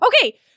Okay